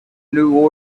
new